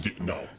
No